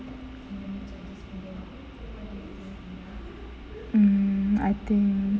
mm I think